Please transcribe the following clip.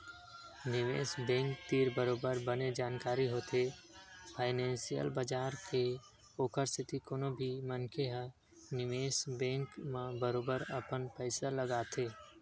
निवेस बेंक तीर बरोबर बने जानकारी होथे फानेंसियल बजार के ओखर सेती कोनो भी मनखे ह निवेस बेंक म बरोबर अपन पइसा लगाथे